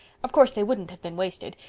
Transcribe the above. of course they wouldn't have been wasted,